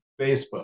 Facebook